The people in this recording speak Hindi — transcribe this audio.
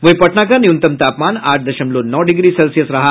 वहीं पटना का न्यूनतम तापमान आठ दशमलव नौ डिग्री सेल्सियस रहा